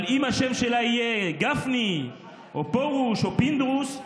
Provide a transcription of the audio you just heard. אבל אם השם שלה יהיה גפני או פרוש או פינדרוס,